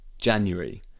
January